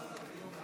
אין נמנעים.